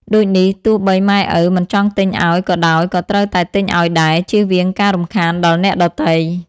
ដូចនេះទោះបីម៉ែឪមិនចង់ទិញឲ្យក៏ដោយក៏ត្រូវតែទិញឲ្យដែរ ជៀសវាងការរំខានដល់អ្នកដទៃ ។